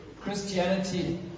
Christianity